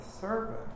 servant